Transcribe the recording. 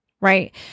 Right